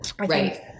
Right